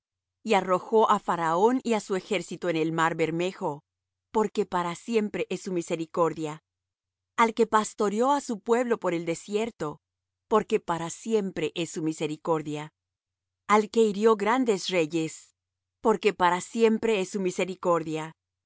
y arrojó á faraón y á su ejército en el mar bermejo porque para siempre es su misericordia al que pastoreó á su pueblo por el desierto porque para siempre es su misericordia al que hirió grandes reyes porque para siempre es su misericordia